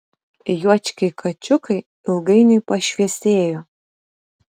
juočkiai kačiukai ilgainiui pašviesėjo